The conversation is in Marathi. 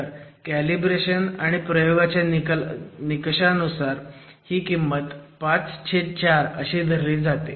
तर कॅलिब्रेशन आणि प्रयोगाच्या निकलानुसार ही किंमत 54 अशी धरली जाते